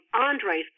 Andre's